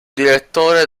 direttore